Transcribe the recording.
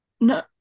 no